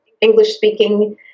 English-speaking